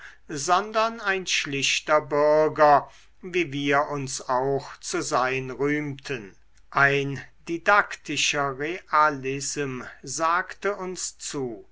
sondern ein schlichter bürger wie wir uns auch zu sein rühmten ein didaktischer realism sagte uns zu